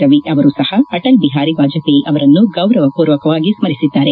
ರವಿ ಅವರು ಸಹ ಅಟಲ್ ಬಿಹಾರಿ ವಾಜಪೇಯಿ ಅವರನ್ನು ಗೌರವ ಪೂರ್ವಕವಾಗಿ ಸ್ಮರಿಸಿದ್ದಾರೆ